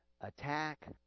attack